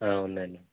ఉన్నాయి అండి